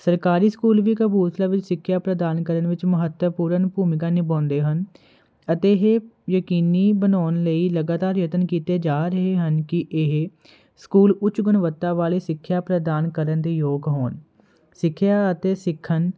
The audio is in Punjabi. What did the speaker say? ਸਰਕਾਰੀ ਸਕੂਲ ਵੀ ਕਪੂਰਥਲਾ ਵਿੱਚ ਸਿੱਖਿਆ ਪ੍ਰਦਾਨ ਕਰਨ ਵਿੱਚ ਮਹੱਤਵਪੂਰਨ ਭੂਮਿਕਾ ਨਿਭਾਉਂਦੇ ਹਨ ਅਤੇ ਇਹ ਯਕੀਨੀ ਬਣਾਉਣ ਲਈ ਲਗਾਤਾਰ ਯਤਨ ਕੀਤੇ ਜਾ ਰਹੇ ਹਨ ਕੀ ਇਹ ਸਕੂਲ ਉੱਚ ਗੁਣਵੱਤਾ ਵਾਲੀ ਸਿੱਖਿਆ ਪ੍ਰਦਾਨ ਕਰਨ ਦੇ ਯੋਗ ਹੋਣ ਸਿੱਖਿਆ ਅਤੇ ਸਿੱਖਣ